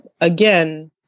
again